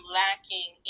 lacking